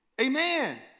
Amen